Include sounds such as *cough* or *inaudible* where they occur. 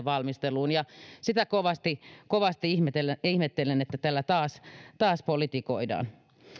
*unintelligible* valmisteluun ja sitä kovasti kovasti ihmettelen ihmettelen että tällä taas taas politikoidaan